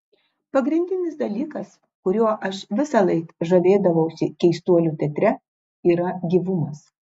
pagrindinis dalykas kuriuo aš visąlaik žavėdavausi keistuolių teatre yra gyvumas